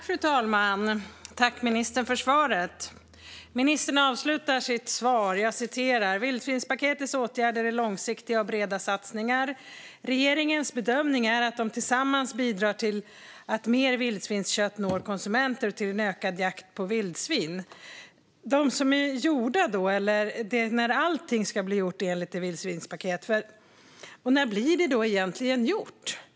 Fru talman! Jag tackar ministern för svaret. Ministern avslutade svaret med att säga följande: "Vildsvinspaketets åtgärder är långsiktiga och breda satsningar. Regeringens bedömning är att de tillsammans bidrar till att mer vildsvinskött når konsumenter och till en ökad jakt på vildsvin." När blir allt det som ska göras enligt vidsvinspaketet egentligen gjort?